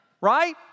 right